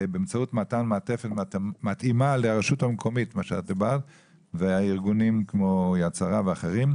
באמצעות מתן מעטפת מתאימה לרשות המקומית ולארגונים כמו ׳יד שרה׳ ואחרים,